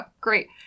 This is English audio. great